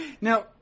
Now